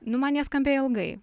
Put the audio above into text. nu man jie skambėjo ilgai